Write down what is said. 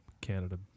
Canada